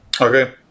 Okay